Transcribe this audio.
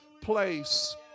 place